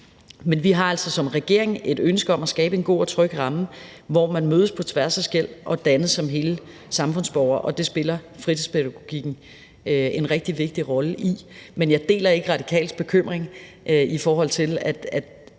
Men vi har altså som regering et ønske om at skabe en god og tryg ramme, hvor man mødes på tværs af skel og dannes som hele samfundsborgere, og det spiller fritidstilbuddene en rigtig vigtig rolle i. Men jeg deler ikke Radikales bekymring, i forhold til at